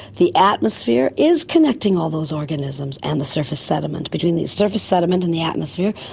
the atmosphere is connecting all those organisms and the surface sediment. between the surface sediment and the atmosphere,